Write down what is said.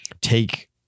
take